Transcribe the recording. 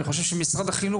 אני חושב שמשרד החינוך,